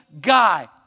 guy